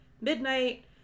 Midnight